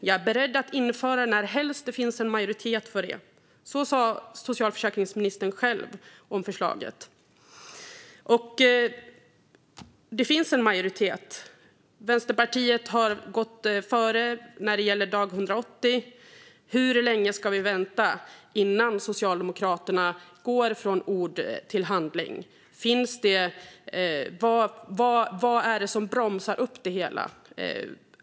Jag är beredd att införa det närhelst det finns majoritet för det. Så sa socialförsäkringsministern själv om förslaget. Det finns en majoritet. Vänsterpartiet har gått före när det gäller dag 180. Hur länge ska vi vänta innan Socialdemokraterna går från ord till handling? Vad är det som bromsar upp det hela?